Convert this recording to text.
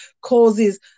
causes